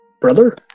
brother